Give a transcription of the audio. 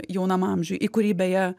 jaunam amžiuj į kurį beje